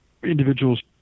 Individuals